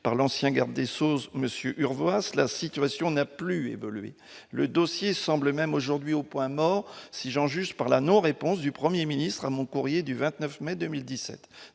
par l'ancien garde des Sceaux Monsieur Urvoas s', la situation n'a plus évolué, le dossier semble même aujourd'hui au point mort, si j'en juge par la non réponse du 1er ministre à mon courrier du 29 mai 2017